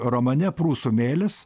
romane prūsų mėlis